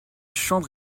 chambre